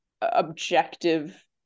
objective